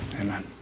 Amen